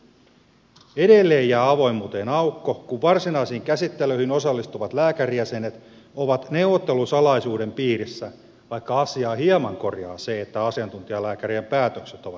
edelleen jää avoimuuteen aukko kun varsinaisiin käsittelyihin osallistuvat lääkärijäsenet ovat neuvottelusalaisuuden piirissä vaikka asiaa hieman korjaa se että asiantuntijalääkärien päätökset ovat julkisia